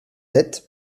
tête